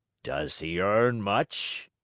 does he earn much?